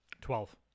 Twelve